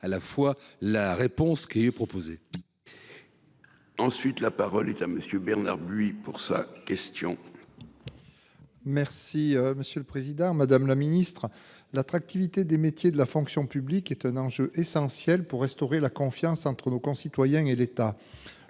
à la fois la réponse qui est proposé. Ensuite, la parole est à monsieur Bernard buis pour sa question. Merci, monsieur le Président Madame la Ministre l'attractivité des métiers de la fonction publique est un enjeu essentiel pour restaurer la confiance entre nos concitoyens et l'État.